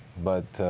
but